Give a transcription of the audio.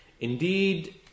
Indeed